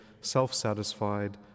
self-satisfied